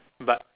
but